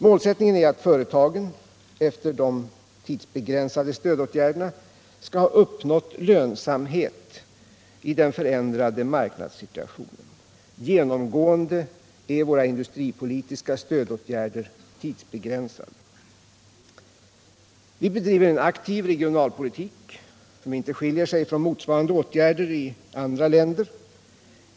Målet är att företagen, efter de tidsbegränsade stödåtgärderna, skall ha uppnått lönsamhet i den förändrade marknadssituationen. Genomgående är våra industripolitiska stödåtgärder tidsbegränsade. Vi bedriver en aktiv regionalpolitik, som inte skiljer sig från motsvarande åtgärder i andra länder.